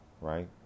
right